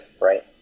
right